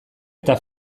eta